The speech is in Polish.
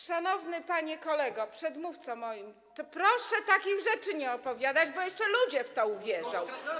Szanowny panie kolego, przedmówco mój, proszę takich rzeczy nie opowiadać, bo jeszcze ludzie w to uwierzą.